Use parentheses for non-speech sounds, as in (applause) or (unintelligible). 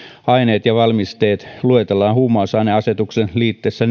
aineet ja valmisteet luetellaan huumausaineasetuksen liitteessä (unintelligible)